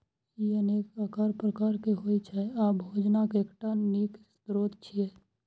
ई अनेक आकार प्रकार के होइ छै आ भोजनक एकटा नीक स्रोत छियै